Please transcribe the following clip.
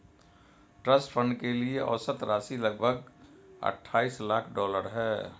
trust fund के लिए औसत राशि लगभग अट्ठाईस लाख डॉलर है